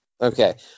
Okay